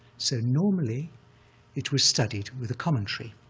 so normally it was studied with a commentary,